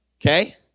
Okay